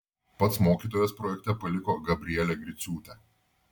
pats mokytojas projekte paliko gabrielę griciūtę